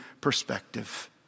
perspective